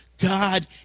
God